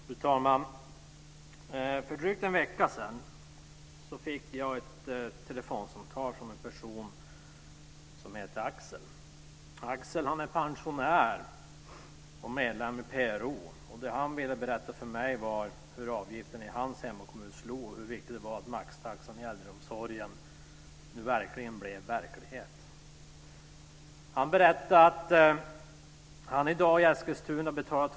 Fru talman! För drygt en vecka sedan fick jag ett telefonsamtal från en person som hette Axel. Axel är pensionär och medlem i PRO. Det han ville berätta för mig var hur avgiften i hans hemmakommun slår och hur viktigt det var att maxtaxan i äldreomsorgen nu blir verklighet.